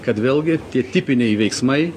kad vėlgi tie tipiniai veiksmai